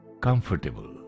comfortable